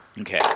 Okay